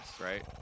right